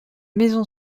maison